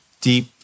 deep